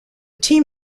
team